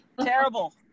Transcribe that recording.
terrible